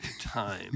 time